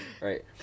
right